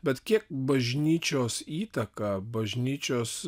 bet kiek bažnyčios įtaka bažnyčios